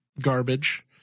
garbage